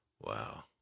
Wow